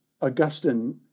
Augustine